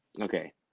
Okay